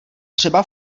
třeba